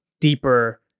deeper